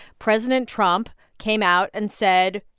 president trump came out and said,